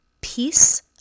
peace